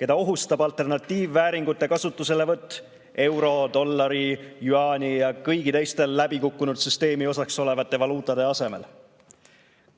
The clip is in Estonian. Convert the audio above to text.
keda ohustab alternatiivvääringute kasutuselevõtt euro, dollari, jüaani ja kõigi teiste läbikukkunud süsteemi osaks olevate valuutade asemel.